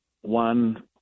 one